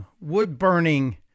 wood-burning